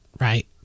right